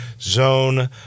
Zone